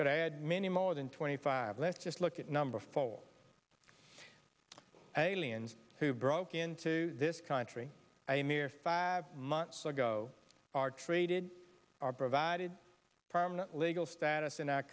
that i had many more than twenty five let's just look at number four aliens who broke into this country a mere five months ago are treated are provided permanent legal status in our